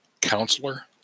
counselor